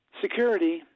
security